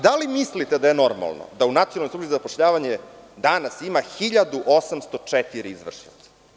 Da li mislite da je normalno da u Nacionalnoj službi za zapošljavanje danas ima 1.804 izvršilaca?